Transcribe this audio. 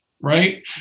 right